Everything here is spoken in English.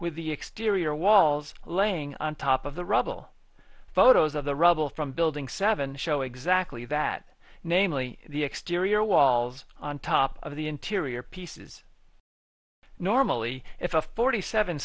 with the exterior walls laying on top of the rubble photos of the rubble from building seven show exactly that namely the exterior walls on top of the interior pieces normally if a forty seven